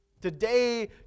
Today